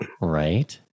right